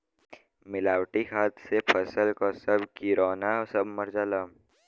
मिलावटी खाद से फसल क सब किरौना सब मर जाला